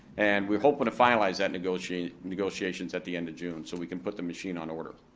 and we're hoping to finalize that negotiations negotiations at the end of june so we can put the machine on order.